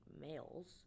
males